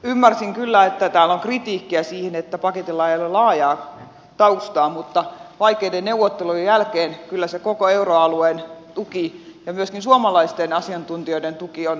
ymmärsin kyllä että täällä on kritiikkiä sen suhteen että paketilla ei ole laajaa taustaa mutta vaikeiden neuvottelujen jälkeen kyllä se koko euroalueen tuki ja myöskin suomalaisten asiantuntijoiden tuki on varsin kattava